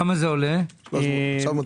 כמה עולה בערך?